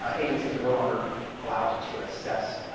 ah agencies are no longer allowed to assess